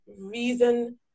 reason